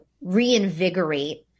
reinvigorate